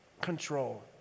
control